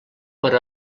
per